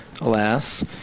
alas